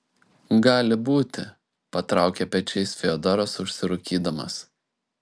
gali būti patraukė pečiais fiodoras užsirūkydamas